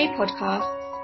podcasts